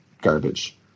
garbage